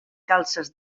calces